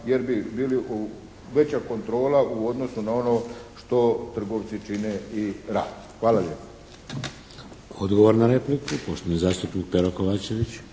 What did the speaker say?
jer bi bili veća kontrola u odnosu na ono što trgovci čine i rad. Hvala lijepa. **Šeks, Vladimir (HDZ)** Odgovor na repliku, poštovani zastupnik Pero Kovačević.